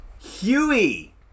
Huey